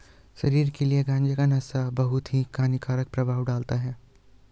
शरीर के लिए गांजे का नशा बहुत ही हानिकारक प्रभाव डालता है